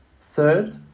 Third